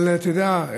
אבל אתה יודע,